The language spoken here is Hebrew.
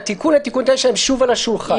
והתיקון לתיקון 9 הם שוב על השולחן.